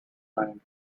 blind